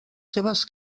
seves